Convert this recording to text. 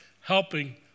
helping